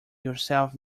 yourself